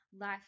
life